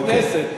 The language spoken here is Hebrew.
כנסת.